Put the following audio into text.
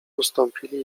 ustąpili